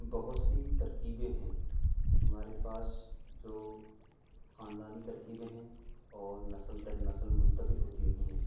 بہت سی ترکیبیں ہیں ہمارے پاس جو خاندانی ترکیبیں ہیں اور نسل در نسل منتقل ہوتی رہی ہیں